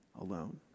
alone